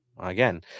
Again